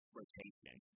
rotation